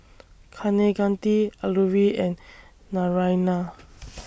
Kaneganti Alluri and Naraina